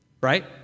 Right